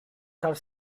card